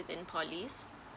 within polys